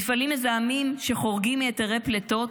מפעלים מזהמים שחורגים מהיתרי פליטות,